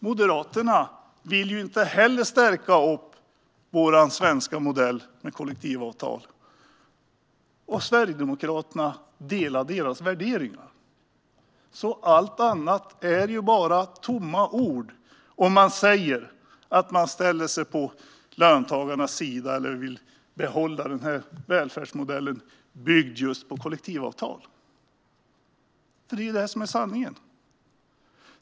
Moderaterna vill ju inte heller stärka vår svenska modell med kollektivavtal, och Sverigedemokraterna delar deras värderingar. Det är alltså bara tomma ord när man säger att man ställer sig på löntagarnas sida eller vill behålla den välfärdsmodell som bygger på kollektivavtal. Det är det som är sanningen.